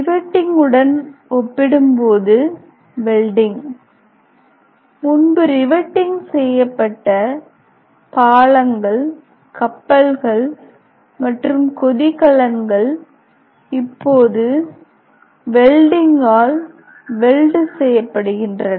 riveting உடன் ஒப்பிடும்போது welding முன்பு ரிவெட்டிங் செய்யப்பட்ட பாலங்கள் கப்பல்கள் மற்றும் கொதிகலன்கள் இப்போது வெல்டிங்கால் வெல்டு செய்யப்படுகின்றன